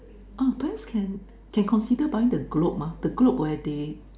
oh parents can can consider buying the globe ah the globe where they